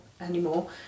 anymore